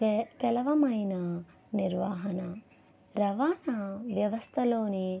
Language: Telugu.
కెల కెలవమైన నిర్వహణ రవాణా వ్యవస్థలోని